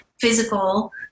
physical